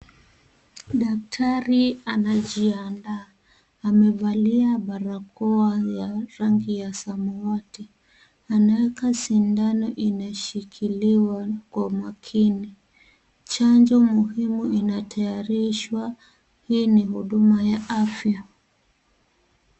Daktari anajiandaa, amevalia barakoa ya rangi ya samawati. Anaweka sindano inashikiliwa kwa umakini. Chanjo muhimu inatayarishwa, hii ni huduma ya afya.